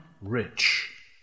rich